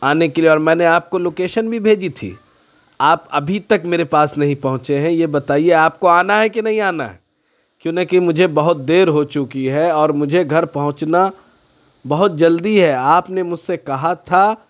آنے کے لیے اور میں نے آپ کو لوکیشن بھی بھیجی تھی آپ ابھی تک میرے پاس نہیں پہنچے ہیں یہ بتائیے کہ آپ کو آنا ہے کہ نہیں آنا ہے کیوں نہ کہ مجھے بہت دیر ہو چکی ہے اور مجھے گھر پہنچنا بہت جلدی ہے آپ نے مجھ سے کہا تھا